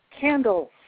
Candles